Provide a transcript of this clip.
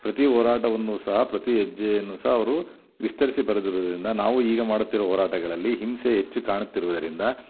ಪ್ರತಿ ಹೋರಾಟವನ್ನೂ ಸಹ ಪ್ರತಿ ಹೆಜ್ಜೆಯನ್ನು ಸಹ ಅವರು ವಿಸ್ತರಿಸಿ ಬರೆದಿರುವುದ್ರಿಂದ ನಾವು ಈಗ ಮಾಡುತ್ತಿರುವ ಹೋರಾಟಗಳಲ್ಲಿ ಹಿಂಸೆ ಹೆಚ್ಚು ಕಾಣುತ್ತಿರುವುದರಿಂದ